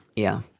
yeah.